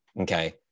Okay